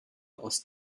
aus